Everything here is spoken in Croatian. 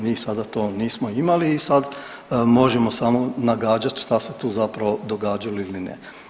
Mi sada to nismo imali i sad možemo samo nagađati šta se tu zapravo događalo ili ne.